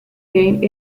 gained